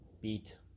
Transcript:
beat